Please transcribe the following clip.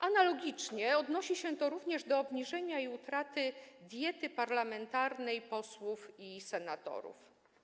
Analogicznie odnosi się to również do obniżenia i utraty prawa do diety parlamentarnej posłów i senatorów.